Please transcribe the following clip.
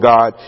God